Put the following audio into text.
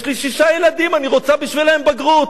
יש לי שישה ילדים, אני רוצה בשבילם בגרות.